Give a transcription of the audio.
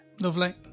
Lovely